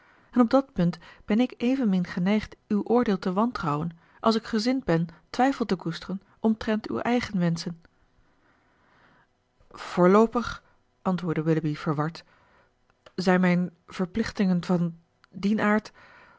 en op dat punt ben ik evenmin geneigd uw oordeel te wantrouwen als ik gezind ben twijfel te koesteren omtrent uw eigen wenschen voorloopig antwoordde willoughby verward zijn mijn verplichtingen van dien aard